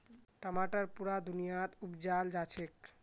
टमाटर पुरा दुनियात उपजाल जाछेक